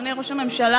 אדוני ראש הממשלה,